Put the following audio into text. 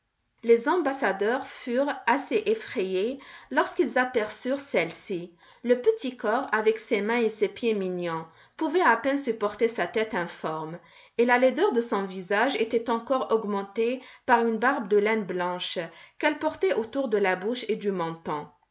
les ambassadeurs furent assez effrayés lorsqu'ils aperçurent celle-ci le petit corps avec ses mains et ses pieds mignons pouvait à peine supporter sa tête informe et la laideur de son visage était encore augmentée par une barbe de laine blanche qu'elle portait autour de la bouche et du menton